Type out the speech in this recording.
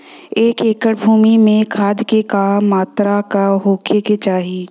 एक एकड़ भूमि में खाद के का मात्रा का होखे के चाही?